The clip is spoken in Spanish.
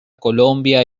colombia